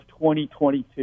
2022